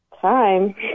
time